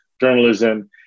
journalism